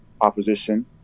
opposition